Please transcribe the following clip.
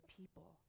people